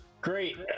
Great